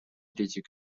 третьей